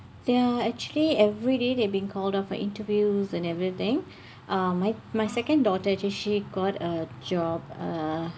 they are actually everyday their being called up for interviews and everything um my my second daughter jessie got a job uh